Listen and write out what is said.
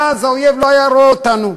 ואז האויב לא היה רואה אותנו.